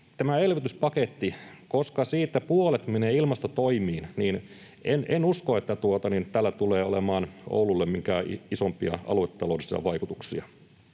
tällä elvytyspaketilla, koska siitä puolet menee ilmastotoimiin, tulee olemaan Oululle mitään isompia aluetaloudellisia vaikutuksia.